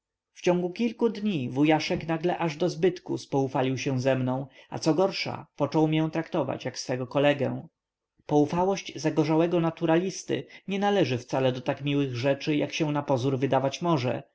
serdeczności w ciągu kilku dni wujaszek nagle aó do zbytku spoufalił się ze mną a co gorsza począł mię traktować jak swego kolegę poufałość zagorzałego naturalisty nie należy wcale do tak miłych rzeczy jak się napozór wydawać może